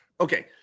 okay